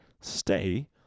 stay